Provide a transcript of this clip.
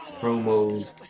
promos